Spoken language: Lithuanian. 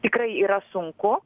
tikrai yra sunku